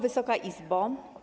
Wysoka Izbo!